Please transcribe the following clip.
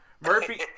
Murphy